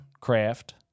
craft